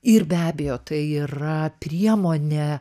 ir be abejo tai yra priemonė